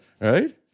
right